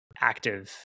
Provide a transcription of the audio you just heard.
active